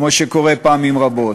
כמו שקורה פעמים רבות.